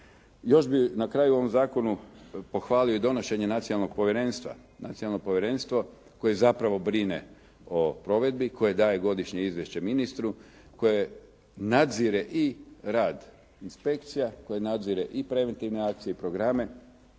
Još bih na kraju u ovom zakonu pohvalio i donošenje nacionalnog povjerenstva. Nacionalno povjerenstvo koje zapravo brine o provedbi, koje daje godišnje izvješće ministru, koje nadzire i rad inspekcija, koje nadzire i preventivne akcije i programe,